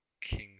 king